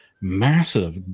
massive